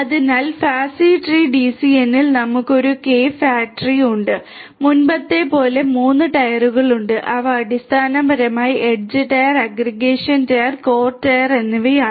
അതിനാൽ fat tree ഡിസിഎനിൽ നമുക്ക് ഒരു കെ ഫാറ്റി ട്രീ ഉണ്ട് മുമ്പത്തെപ്പോലെ 3 ടയറുകൾ ഉണ്ട് അവ അടിസ്ഥാനപരമായി edge tier aggregation tier core tier എന്നിവയാണ്